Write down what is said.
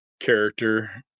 character